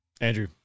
andrew